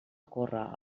corre